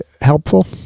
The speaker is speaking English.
helpful